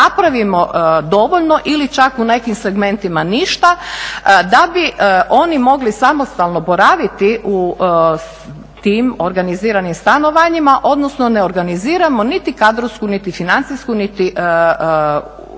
napravimo dovoljno ili čak u nekim segmentima ništa da bi oni mogli samostalno boraviti u tim organiziranim stanovanjima, odnosno ne organiziramo niti kadrovsku niti financijsku niti socijalne